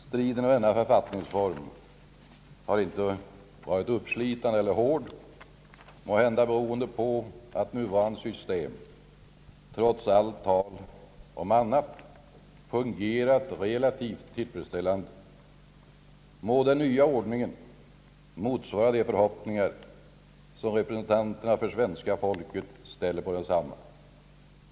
Striden om denna författningsreform har inte varit uppslitande eller hård, måhända beroende på att nuvarande system trots allt tal om annat har fungerat relativt tillfredsställande. Må den nya ordningen motsvara de förhoppningar som representanterna för svenska folket ställer på densamma.